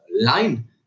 line